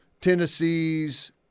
Tennessee's